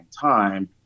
time